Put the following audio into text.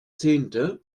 zehnte